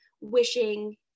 wishing